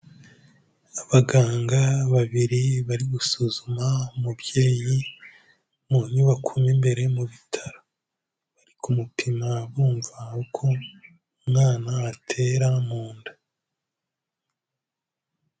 Abaganga babiri bari gusuzuma umubyeyi mu nyubako mo imbere mu bitaro, bari ku mutima bumva uko umwana atera mu nda.